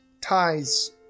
ties